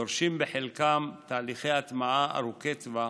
דורשים בחלקם תהליכי הטמעה ארוכי טווח,